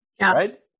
right